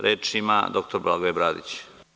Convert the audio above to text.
Reč ima dr Blagoje Bradić.